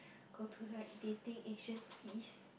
go to like dating agency